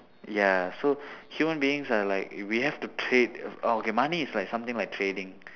ya so human beings are like we have to trade okay money is like something like trading